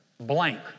blank